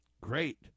great